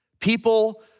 People